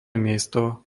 miesto